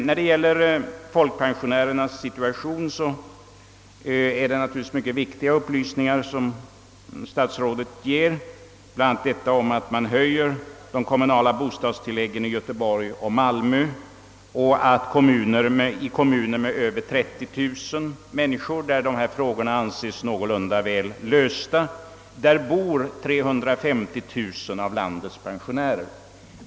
När det gäller folkpensionärernas situation är det naturligtvis mycket viktiga upplysningar som statsrådet ger, t.ex. att man i Göteborg och Malmö höjer de kommunala bostadstilläggen och att 350 000 av landets pensionärer bor i kommuner med över 30000 invånare, där dessa frågor anses någorlunda tillfredsställande lösta.